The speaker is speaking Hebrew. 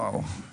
וואו,